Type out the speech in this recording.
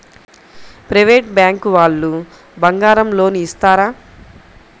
Private bank వాళ్ళు బంగారం loan ఇస్తారా?